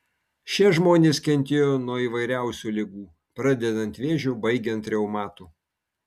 šie žmonės kentėjo nuo įvairiausių ligų pradedant vėžiu baigiant reumatu